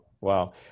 wow